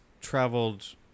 traveled